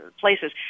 places